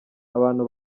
abantu